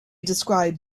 described